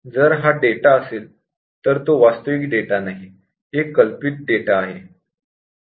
जर हा डेटा असेल तर तो वास्तविक डेटा नाही एक कल्पित डेटा आहे